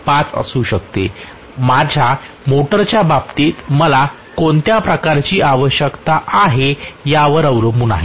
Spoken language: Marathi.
5 असू शकते माझ्या मोटरच्या बाबतीत मला कोणत्या प्रकारची आवश्यकता आहे यावर अवलंबून आहे